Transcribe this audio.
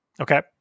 Okay